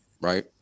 Right